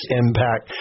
impact